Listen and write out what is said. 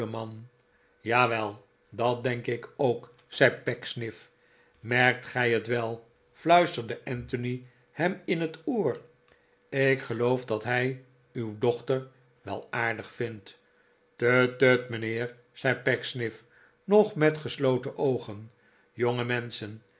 jawel dat denk ik ook zei pecksniff merkt gij het wel fluisterde anthony hem in het oor ik geloof dat hij uw dochter wel aardig vindt tut tut mijnheer zei pecksniff nog met gesloten oogen jonge menschen